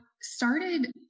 started